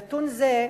נתון זה,